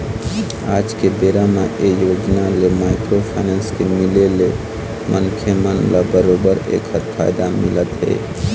आज के बेरा म ये योजना ले माइक्रो फाइनेंस के मिले ले मनखे मन ल बरोबर ऐखर फायदा मिलत हे